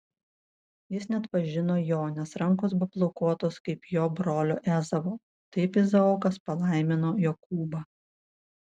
jis neatpažino jo nes rankos buvo plaukuotos kaip jo brolio ezavo taip izaokas palaimino jokūbą